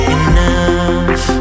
enough